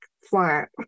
flat